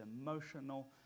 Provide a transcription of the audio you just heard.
emotional